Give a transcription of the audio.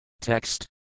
Text